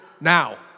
now